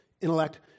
intellect